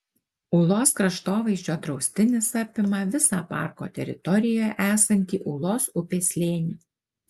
ūlos kraštovaizdžio draustinis apima visą parko teritorijoje esantį ūlos upės slėnį